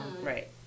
right